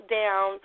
down